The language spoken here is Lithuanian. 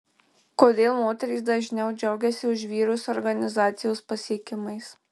kodėl moterys dažniau džiaugiasi už vyrus organizacijos pasiekimais